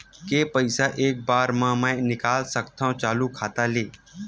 के पईसा एक बार मा मैं निकाल सकथव चालू खाता ले?